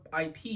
IP